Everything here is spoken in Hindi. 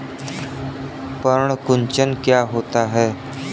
पर्ण कुंचन क्या होता है?